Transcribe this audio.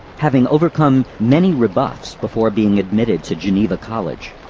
having overcome many rebuffs before being admitted to geneva college.